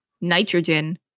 nitrogen